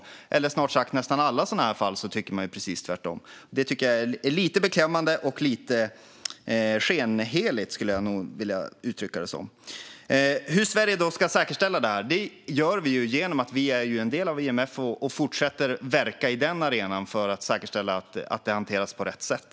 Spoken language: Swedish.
Man tycker faktiskt precis tvärtom i snart sagt alla sådana här fall. Det tycker jag är lite beklämmande och lite skenheligt, skulle jag nog vilja uttrycka det. Hur ska då Sverige säkerställa det här? Det gör vi genom att vi är en del av IMF. Vi fortsätter att verka på den arenan för att säkerställa att detta hanteras på rätt sätt.